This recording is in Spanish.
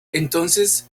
entonces